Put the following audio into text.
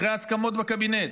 אחרי ההסכמות בקבינט,